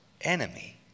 enemy